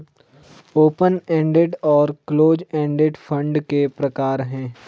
open ended और close ended fund के प्रकार हैं